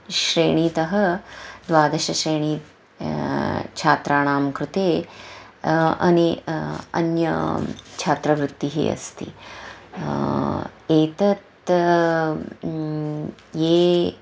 श्रेणीतः द्वादशश्रेणी छात्राणां कृते अने अन्यछात्रवृत्तिः अस्ति एतत् ये